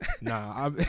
Nah